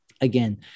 again